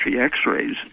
x-rays